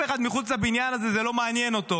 אחד מחוץ לבניין הזה זה לא מעניין אותו,